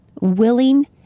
willing